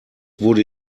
wurde